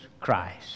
Christ